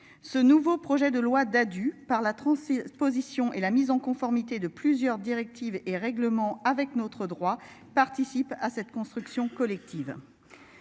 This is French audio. ce nouveau projet de loi Dadu par la 36 position et la mise en conformité de plusieurs directives et règlements avec notre droit participent à cette construction collective.